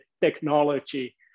technology